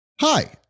Hi